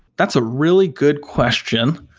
that's a really good question.